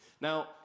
Now